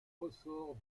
ressort